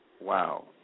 Wow